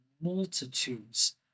multitudes